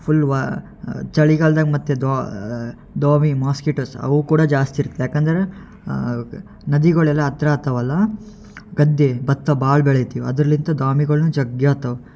full ವ ಚಳಿಗಾಲ್ದಾಗ ಮತ್ತು ದೋಮೆ ಮೋಸ್ಕಿಟೋಸ್ ಅವೂ ಕೂಡ ಜಾಸ್ತಿ ಇರ್ತದೆ ಯಾಕಂದ್ರೆ ನದಿಗಳೆಲ್ಲ ಹತ್ರ ಆಗ್ತಾವಲ್ಲ ಗದ್ದೆ ಭತ್ತ ಭಾಳ ಬೆಳಿತೀವಿ ಅದ್ರಲಿಂತ ದೋಮೆಗಳ್ನೂ ಜಗ್ಗಿ ಆಗ್ತಾವ್